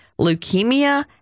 leukemia